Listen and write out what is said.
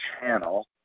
channel